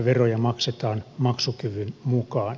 veroja maksetaan maksukyvyn mukaan